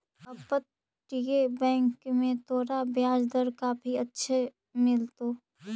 अपतटीय बैंक में तोरा ब्याज दर काफी अच्छे मिलतो